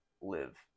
live